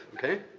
okay?